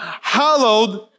hallowed